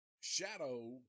shadow